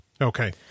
Okay